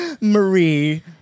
Marie